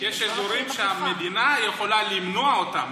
יש אזורים שהמדינה יכולה למנוע אותם,